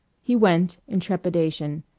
he went, in trepidation.